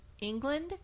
England